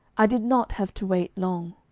i did not have to wait long,